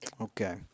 Okay